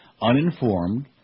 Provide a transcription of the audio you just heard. uninformed